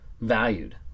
valued